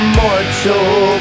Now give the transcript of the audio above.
mortal